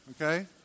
Okay